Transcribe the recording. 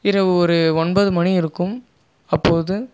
இரவு ஒரு ஒன்பது மணி இருக்கும் அப்போது